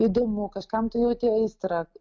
įdomu kažkam tu jauti aistrą